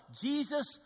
Jesus